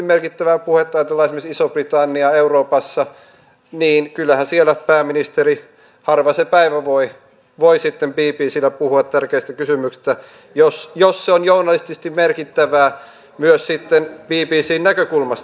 jos ajatellaan esimerkiksi isoa britanniaa euroopassa niin kyllähän siellä pääministeri harva se päivä voi bbcllä puhua tärkeistä kysymyksistä jos se on journalistisesti merkittävää myös bbcn näkökulmasta